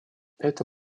эта